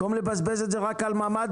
במקום לבזבז את זה רק על ממ"דים,